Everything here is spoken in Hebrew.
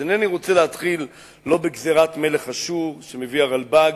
אינני רוצה להתחיל בגזירת מלך אשור, שמביא הרלב"ג,